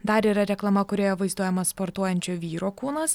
dar yra reklama kurioje vaizduojamas sportuojančio vyro kūnas